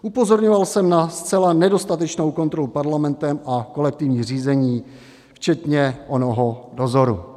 Upozorňoval jsem na zcela nedostatečnou kontrolu Parlamentem a kolektivní řízení, včetně onoho dozoru.